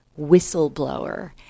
whistleblower